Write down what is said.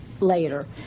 later